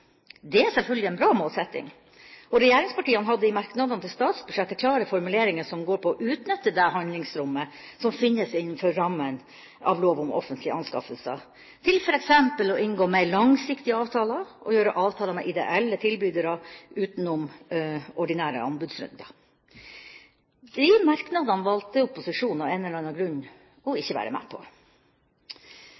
Det er selvfølgelig en bra målsetting, og regjeringspartiene hadde i merknadene til statsbudsjettet klare formuleringer som går på å utnytte det handlingsrommet som finnes innenfor rammen av lov om offentlige anskaffelser, til f.eks. å inngå mer langsiktige avtaler og å gjøre avtaler med ideelle tilbydere utenom ordinære anbudsrunder. De merknadene valgte opposisjonen av en eller annen grunn